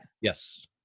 Yes